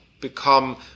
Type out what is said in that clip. become